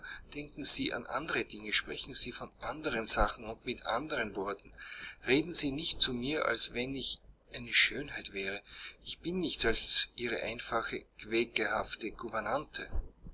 denken sie an andere dinge sprechen sie von anderen sachen und mit anderen worten reden sie nicht zu mir als wenn ich eine schönheit wäre ich bin nichts als ihre einfache